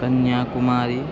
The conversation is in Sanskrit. कन्याकुमारी